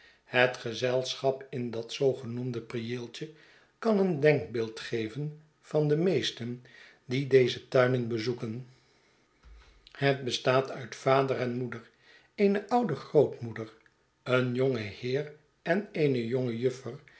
het gezelschap in dat zoogenoemde prieeltje kan een denkbeeld geven van de meeste'n die deze tuinen bezoeken het bestaat uit vader en moeder eene oude grootmoeder een jongen heer en eene jonge juffer